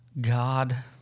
God